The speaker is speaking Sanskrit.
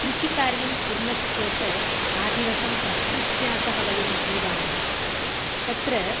कृषिकार्यं कुर्मश्चेत् आदिवसं प्रकृत्या सः वयं जीवामः तत्र